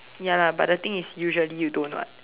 ya lah but the thing is usually you don't [what]